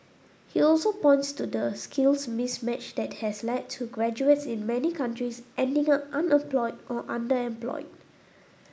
he also points to the skills mismatch that has led to graduates in many countries ending up unemployed or underemployed